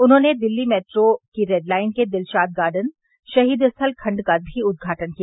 उन्होंने दिल्ली मेट्रो की red line के दिलशाद गार्डन शहीद स्थल खंड का भी उद्घाटन किया